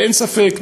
ואין ספק,